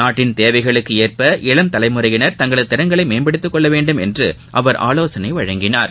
நாட்டின் தேவைகளுக்கு ஏற்ப இளம் தலைமுறையினர் தங்களது திறன்களை மேம்படுத்தி கொள்ள வேண்டும் என்று அவர் ஆலோசனை கூறினார்